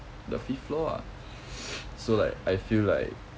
the fifth floor ah so like I feel like